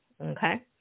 Okay